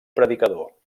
predicador